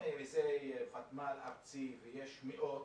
אם זה ארצי ויש מאות,